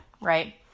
Right